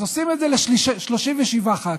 אז עושים את זה ל-37 ח"כים,